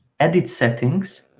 edit settings.